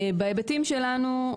בהיבטים שלנו,